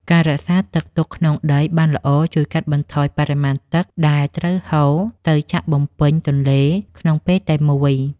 ការរក្សាទឹកទុកក្នុងដីបានល្អជួយកាត់បន្ថយបរិមាណទឹកដែលត្រូវហូរទៅចាក់បំពេញទន្លេក្នុងពេលតែមួយ។